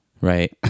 Right